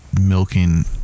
milking